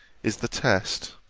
is the test